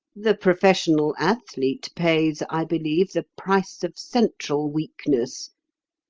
the professional athlete pays, i believe, the price of central weakness.